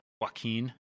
Joaquin